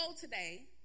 today